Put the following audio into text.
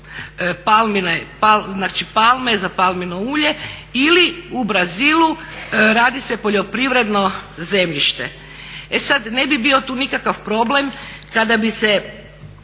palme za palmino ulje ili u Brazilu radi se poljoprivredno zemljište. E sada, ne bi bio tu nikakav problem kada bi se